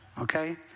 Okay